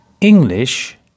English